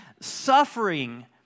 suffering